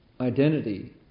identity